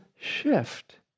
shift